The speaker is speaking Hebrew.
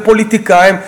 ופוליטיקאים,